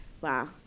Wow